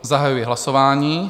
Zahajuji hlasování.